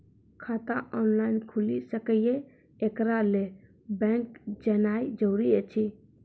खाता ऑनलाइन खूलि सकै यै? एकरा लेल बैंक जेनाय जरूरी एछि?